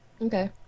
Okay